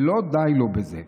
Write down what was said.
ולא די לו בזה,